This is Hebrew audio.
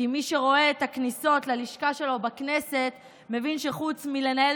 כי מי שרואה את הכניסות ללשכה שלו בכנסת מבין שחוץ מלנהל